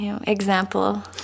example